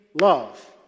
love